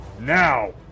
Now